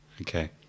Okay